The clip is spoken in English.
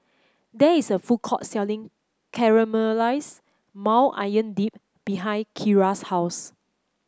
there is a food court selling Caramelize Maui Onion Dip behind Kiera's house